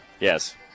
Yes